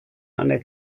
einer